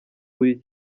buri